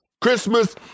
Christmas